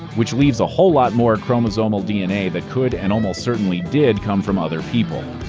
which leaves a whole lot more chromosomal dna that could and almost certainly did come from other people.